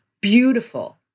beautiful